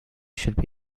should